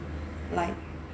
like